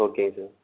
okay sir